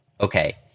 okay